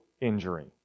injury